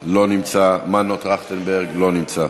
לא נמצאת, יוסף ג'בארין, לא נמצא,